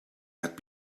had